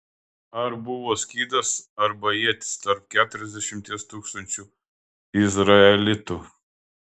ar buvo skydas arba ietis tarp keturiasdešimties tūkstančių izraelitų